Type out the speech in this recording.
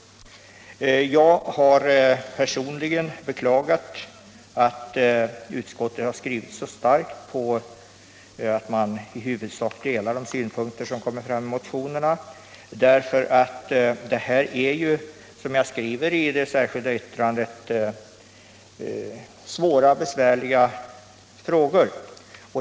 Jag har personligen beklagat att utskottet så klart uttryckt att utskottet i huvudsak delar de synpunkter som framförts i motionerna, eftersom det här gäller, som jag skriver i det särskilda yttrandet, svåra och besvärliga frågor.